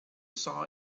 saw